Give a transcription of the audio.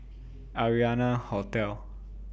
Arianna Hotel